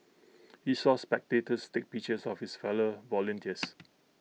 he saw spectators take pictures of his fellow volunteers